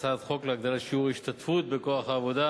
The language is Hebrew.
הצעת חוק להגדלת שיעור ההשתתפות בכוח העבודה